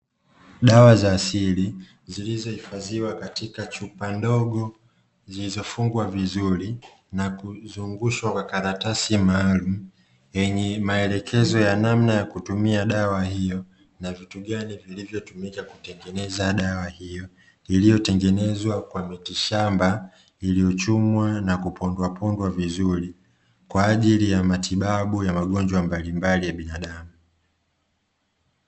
Dawa za asili zilizohifadhiwa katika chupa ndogo, zilizofungwa vizuri na kuzungushwa kwa karatasi maalumu yenye maelekezo ya namna ya kutumia dawa hiyo na vitu gani vilivyotumika kutengeneza dawa hiyo, iliyotengenezwa kwa miti shamba iliyochumwa na kupondwapondwa vizuri, kwa ajili ya matibabu ya magonjwa mbalimbali ya binadamu.